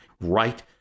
Right